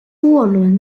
沃伦